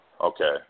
Okay